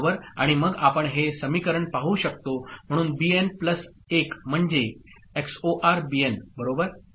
आणि मग आपण हे समीकरण पाहू शकतो म्हणून बीएन प्लस 1 म्हणजे XOR बीएन बरोबर